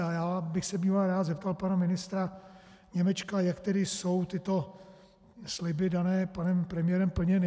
A já bych se býval rád zeptal pana ministra Němečka, jak tedy jsou tyto sliby dané panem premiérem plněny.